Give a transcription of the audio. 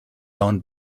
owned